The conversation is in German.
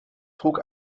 trug